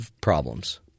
problems